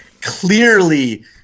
clearly –